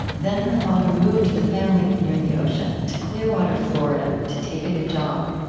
then her father moved the family near the ocean, to clearwater, florida, to take a new job